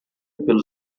pelo